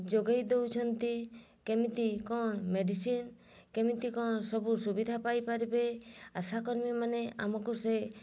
ଯୋଗାଇ ଦଉଛନ୍ତି କେମିତି କ'ଣ ମେଡ଼ିସିନ୍ କେମିତି କ'ଣ ସବୁ ସୁବିଧା ପାଇପାରିବେ ଆଶା କର୍ମୀମାନେ ଆମକୁ ସେ